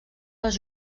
les